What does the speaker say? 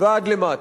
ועד למטה.